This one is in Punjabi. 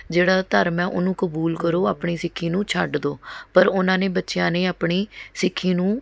ਜਿਹੜਾ ਧਰਮ ਹੈ ਉਹਨੂੰ ਕਬੂਲ ਕਰੋ ਆਪਣੀ ਸਿੱਖੀ ਨੂੰ ਛੱਡ ਦਿਉ ਪਰ ਉਨ੍ਹਾਂ ਨੇ ਬੱਚਿਆਂ ਨੇ ਆਪਣੀ ਸਿੱਖੀ ਨੂੰ